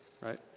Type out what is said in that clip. right